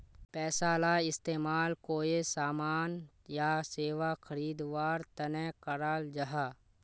पैसाला इस्तेमाल कोए सामान या सेवा खरीद वार तने कराल जहा